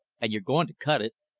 and you're goin' to cut it?